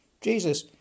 Jesus